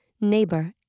neighbor